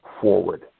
forward